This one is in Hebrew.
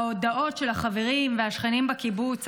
ההודעות של החברים והשכנים בקיבוץ,